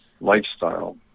lifestyle